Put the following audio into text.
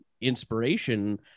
inspiration